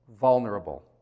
vulnerable